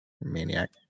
Maniac